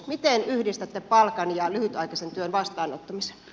miten yhdistätte palkan ja lyhytaikaisen työn vastaanottamisen